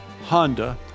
Honda